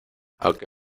aunque